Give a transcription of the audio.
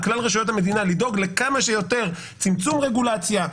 על כלל רשויות המדינה לדאוג לכמה שיותר צמצום רגולציה,